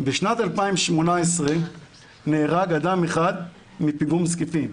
בשנת 2018 נהרג אדם אחד מפיגום זקיפים